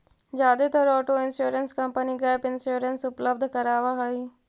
जादेतर auto insurance company gap insurance उपलब्ध करावऽ हई